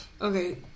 Okay